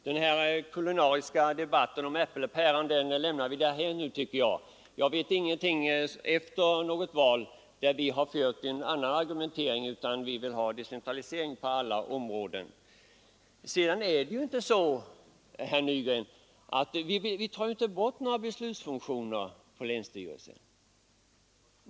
Herr talman! Den kulinariska debatten om äpplen och päron kan lämnas därhän nu, tycker jag. Jag känner inte till att vi inom centern någon gång efter ett val fört en annan argumentering än att vi vill ha decentralisering på alla områden. Sedan tar vi inte, herr Nygren, bort några beslutsfunktioner från länsstyrelsen.